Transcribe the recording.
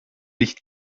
nicht